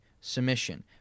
submission